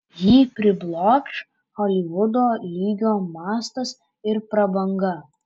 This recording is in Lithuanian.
jį priblokš holivudo lygio mastas ir prabanga